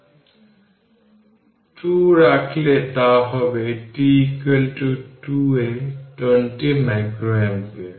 2 রাখলে তা হবে t 2 এ 40 মাইক্রোঅ্যাম্পিয়ার